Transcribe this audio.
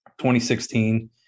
2016